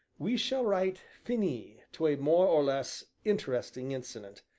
we shall write finis to a more or less interesting incident,